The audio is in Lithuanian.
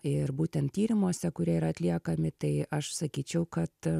ir būtent tyrimuose kurie yra atliekami tai aš sakyčiau kad